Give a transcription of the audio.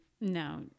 No